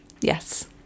Yes